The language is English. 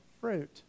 fruit